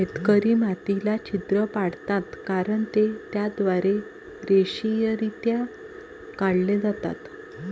शेतकरी मातीला छिद्र पाडतात कारण ते त्याद्वारे रेषीयरित्या काढले जातात